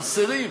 חסרים.